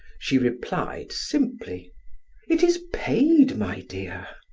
she replied simply it is paid, my dear.